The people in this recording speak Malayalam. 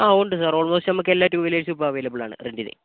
ആ ഉണ്ട് സർ ഓൾമോസ്റ്റ് നമുക്ക് എല്ലാ ടു വീലർസും ഇപ്പോൾ അവൈലബിൾ ആണ് റെൻറ്റിന്